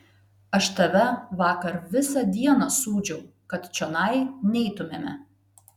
aš tave vakar visą dieną sūdžiau kad čionai neitumėme